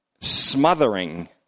smothering